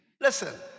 Listen